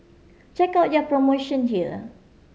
check out their promotion here